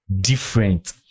different